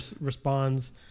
responds